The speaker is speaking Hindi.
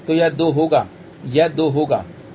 तो यह 2 होगा यह 2 होगा